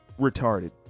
retarded